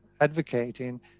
advocating